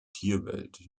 tierwelt